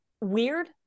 weird